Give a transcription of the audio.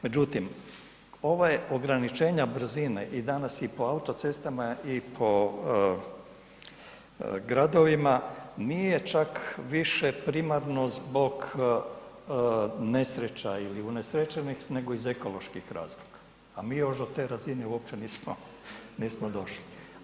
Međutim, ova ograničenja brizne i danas i po autocestama i po gradovima nije čak više primarno zbog nesreća ili unesrećenih nego iz ekoloških razloga a mi još do te razine uopće nismo, nismo došli.